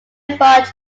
much